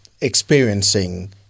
experiencing